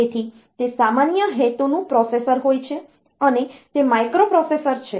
તેથી તે સામાન્ય હેતુનું પ્રોસેસર હોય છે અને તે માઇક્રોપ્રોસેસર છે